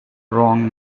wrong